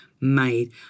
made